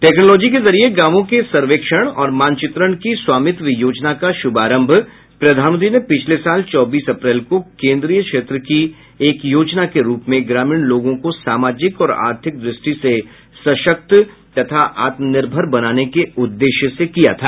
technology के जरिए गांवों के सर्वेक्षण और मानचित्रण की स्वामित्व योजना का श्भारंभ प्रधानमंत्री ने पिछले साल चौबीस अप्रैल को केंद्रीय क्षेत्र की एक योजना के रूप में ग्रामीण लोगों को सामाजिक और आर्थिक दृष्टि से सशक्त तथा आत्मनिर्भर बनाने के उद्देश्य से किया था